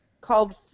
called